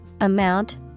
amount